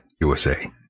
USA